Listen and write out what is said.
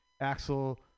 Axel